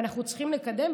ואנחנו צריכים לקדם,